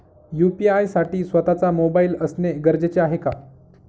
UPI साठी स्वत:चा mobile असणे गरजेचे आहे का?